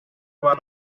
one